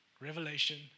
revelation